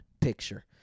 picture